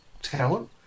talent